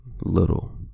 Little